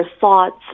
thoughts